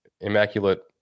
immaculate